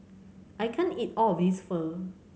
I can't eat all of this Pho